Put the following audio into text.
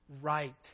right